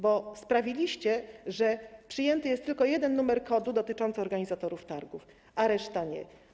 Bo sprawiliście, że przyjęty jest tylko jeden numer kodu dotyczący organizatorów targów, a reszta - nie.